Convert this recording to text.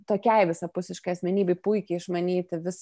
tokiai visapusiškai asmenybei puikiai išmanyti vis